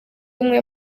umwe